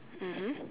mmhmm